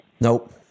Nope